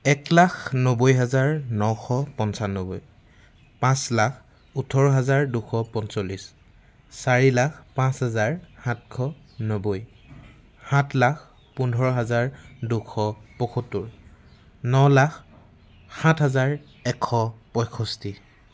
এক লাখ নব্বৈ হাজাৰ নশ পঁচানব্বৈ পাঁচ লাখ ওঁঠৰ হাজাৰ দুশ পঞ্চল্লিছ চাৰি লাখ পাঁচ হাজাৰ সাতশ নব্বৈ সাত লাখ পোন্ধৰ হাজাৰ দুশ পঁসত্তৰ ন লাখ সাত হাজাৰ এশ পঁষষ্ঠি